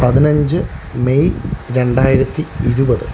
പതിനഞ്ച് മെയ് രണ്ടായിരത്തി ഇരുപത്